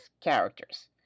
characters